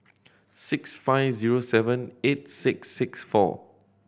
six five zero seven eight six six four